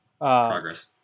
progress